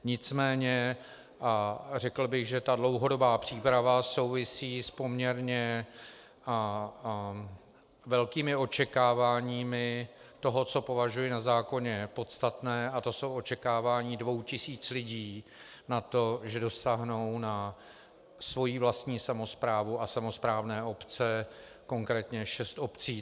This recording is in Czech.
Nicméně bych řekl, že ta dlouhodobá příprava souvisí s poměrně velkými očekáváními toho, co považuji na zákoně za podstatné, a to jsou očekávání dvou tisíc lidí na to, že dosáhnou na svoji vlastní samosprávu a samosprávné obce, konkrétně šest obcí.